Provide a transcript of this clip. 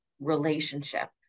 relationship